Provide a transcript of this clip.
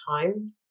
time